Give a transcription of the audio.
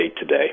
today